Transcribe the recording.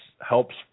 helps